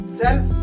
self